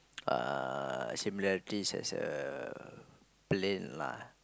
uh similarities as a plane lah